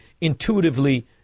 intuitively